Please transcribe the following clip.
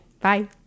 Bye